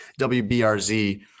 WBRZ